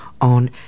on